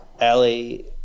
Ali